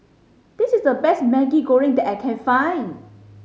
this is the best Maggi Goreng that I can find